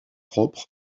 propre